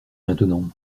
maintenant